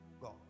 God